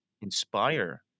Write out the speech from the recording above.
inspire